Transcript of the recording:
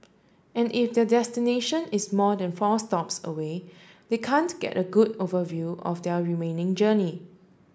and if their destination is more than four stops away they can't get a good overview of their remaining journey